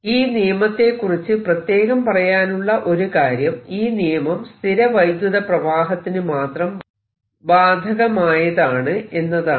ഈ നിയമത്തെ കുറിച്ച് പ്രത്യേകം പറയാനുള്ള ഒരു കാര്യം ഈ നിയമം സ്ഥിര വൈദ്യുത പ്രവാഹത്തിന് മാത്രം ബാധകമായതാണ് എന്നതാണ്